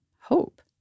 hope